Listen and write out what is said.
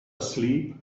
asleep